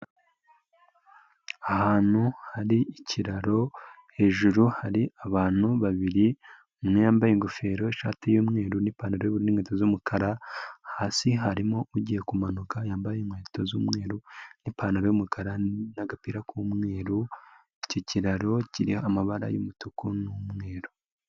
Ahantu hari ikiraro hejuru hari abantu babiri, umwe yambaye ingofero shati y'umweru, n'ipantaro n'inkweto z'umukara, hasi harimo ugiye kumanuka yambaye inkweto z'umweru n'ipantaro y'umukara, n'agapira k'umweru, icyo kiraro kiriho amabara y'umutuku n'umweru.